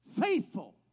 faithful